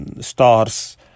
stars